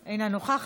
מוותר,